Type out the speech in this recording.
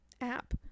app